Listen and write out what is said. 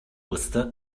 wusste